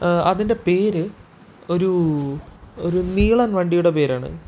അതിൻ്റെ പേര് ഒരു ഒരു നീളൻ വണ്ടിയുടെ പേരാണ്